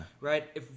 right